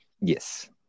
Yes